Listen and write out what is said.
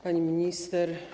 Pani Minister!